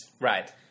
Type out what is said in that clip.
Right